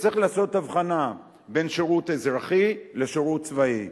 וצריך לעשות הבחנה בין שירות אזרחי לשירות צבאי.